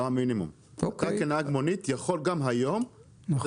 (ג)לא יפעיל המפקח הארצי על התעבורה את סמכותו לפי סעיף קטן (ב)